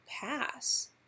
pass